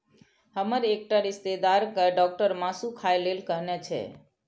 हमर एकटा रिश्तेदार कें डॉक्टर मासु खाय लेल कहने छै